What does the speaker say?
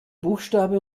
buchstabe